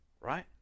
right